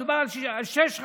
מדובר על שש רשויות,